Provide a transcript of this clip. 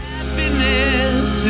Happiness